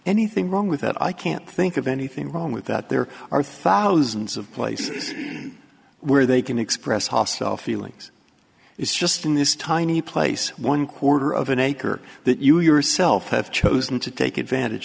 anything wrong with that i can't think of anything wrong with that there are thousands of places where they can express hostile feelings it's just in this tiny place one quarter of an acre that you yourself have chosen to take advantage